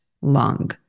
lung